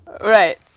right